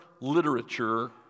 literature